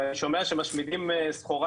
אנחנו מנסים כבר קרוב לשנתיים לזעוק.